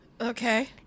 Okay